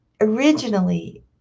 originally